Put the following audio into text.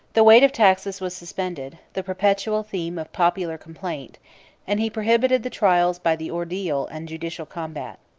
the weight of taxes was suspended, the perpetual theme of popular complaint and he prohibited the trials by the ordeal and judicial combat.